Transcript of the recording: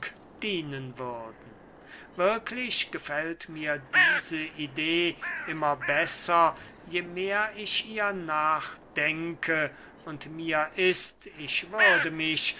dienen würden wirklich gefällt mir diese idee immer besser je mehr ich ihr nachdenke und mir ist ich würde mich